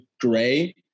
gray